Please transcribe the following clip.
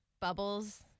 bubbles